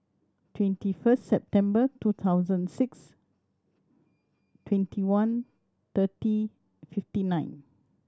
twenty first September two thousand six twenty one thirty fifty nine